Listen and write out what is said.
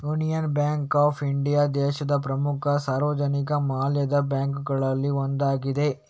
union bank of India ದೇಶದ ಪ್ರಮುಖ ಸಾರ್ವಜನಿಕ ವಲಯದ ಬ್ಯಾಂಕುಗಳಲ್ಲಿ ಒಂದಾಗಿದೆ